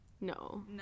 no